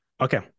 Okay